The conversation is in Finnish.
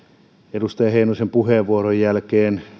edustaja heinosen puheenvuoron jälkeen